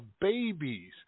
babies